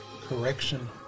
Correction